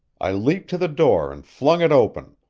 i leaped to the door and flung it open,